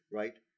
right